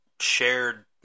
shared